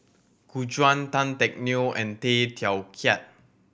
Gu Juan Tan Teck Neo and Tay Teow Kiat